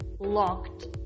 locked